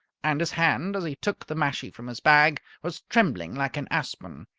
and his hand, as he took the mashie from his bag, was trembling like an aspen.